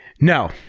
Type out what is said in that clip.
No